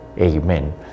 Amen